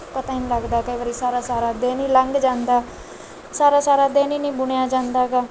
ਪਤਾ ਹੀ ਨਹੀਂ ਲੱਗਦਾ ਕਈ ਵਾਰੀ ਸਾਰਾ ਸਾਰਾ ਦਿਨ ਹੀ ਲੰਘ ਜਾਂਦਾ ਸਾਰਾ ਸਾਰਾ ਦਿਨ ਹੀ ਨਹੀਂ ਬੁਣਿਆ ਜਾਂਦਾ ਗਾ